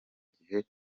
gihe